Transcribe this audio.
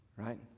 Right